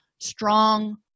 strong